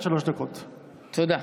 תודה.